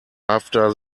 after